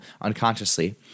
unconsciously